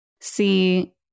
see